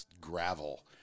gravel